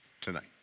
tonight